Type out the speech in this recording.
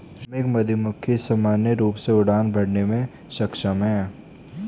श्रमिक मधुमक्खी सामान्य रूप से उड़ान भरने में सक्षम हैं